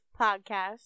podcast